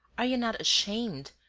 are ye not ashamed,